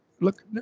Look